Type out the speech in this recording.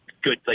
good